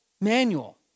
manual